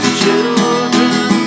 children